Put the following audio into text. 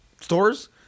stores